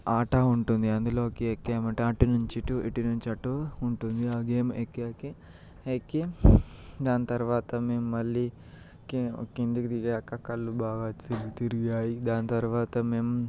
ఆట ఉంటుంది అందులోకి ఎక్కాము అంటే అటు నుంచి ఇటు నుంచి అటు ఉంటుంది అదేం ఎక్కాకే ఎక్కి దాని తరువాత మేము మళ్ళీ క్రిందికి దిగాక కళ్ళు బాగా తిరిగి తిరిగాయి దాని తరువాత మేము